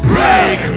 Break